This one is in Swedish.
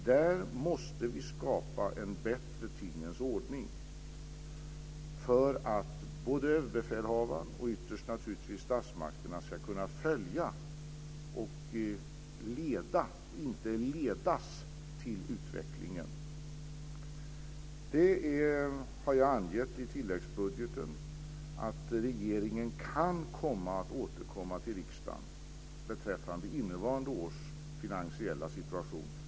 På den punkten måste vi skapa en bättre tingens ordning för att både överbefälhavaren och ytterst naturligtvis statsmakterna ska kunna följa och leda - inte ledas till - utvecklingen. Jag har angett i tilläggsbudgeten att regeringen kan komma att återkomma till riksdagen beträffande innevarande års finansiella situation.